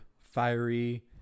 fiery